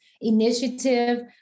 initiative